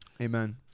Amen